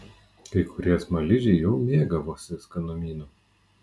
kai kurie smaližiai jau mėgavosi skanumynu